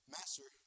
Master